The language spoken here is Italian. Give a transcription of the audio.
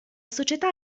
società